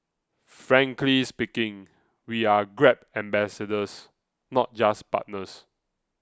frankly speaking we are grab ambassadors not just partners